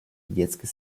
детской